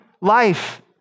life